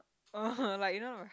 (uh huh) like you know